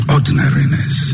Ordinariness